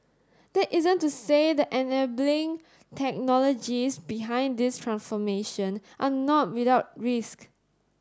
that isn't to say the enabling technologies behind this transformation are not without risk